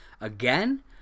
again